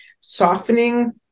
softening